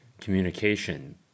communication